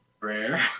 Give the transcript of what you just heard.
rare